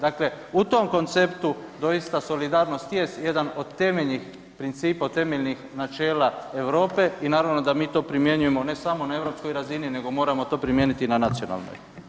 Dakle, u tom konceptu doista solidarnost jest jedan od temeljnih principa, od temeljnih načela Europe i naravno da mi to primjenjujemo ne samo na europskoj razini nego moramo to primijeniti i na nacionalnoj.